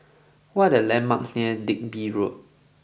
what are the landmarks near Digby Road